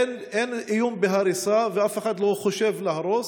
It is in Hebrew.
שאין עליהם איום בהריסה ואף אחד לא חושב להרוס